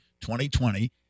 2020